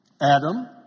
Adam